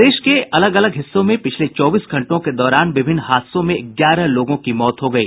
प्रदेश के अलग अलग हिस्सों में पिछले चौबीस घंटे के दौरान विभिन्न हादसों में ग्यारह लोगों की मौत हो गयी